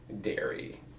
dairy